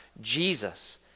Jesus